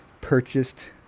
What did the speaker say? purchased